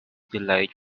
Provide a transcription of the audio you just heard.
delayed